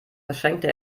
verschränkte